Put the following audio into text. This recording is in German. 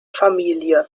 familie